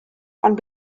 ond